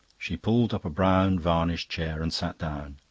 she pulled up a brown varnished chair and sat down.